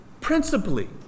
principally